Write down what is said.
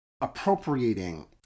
appropriating